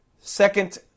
Second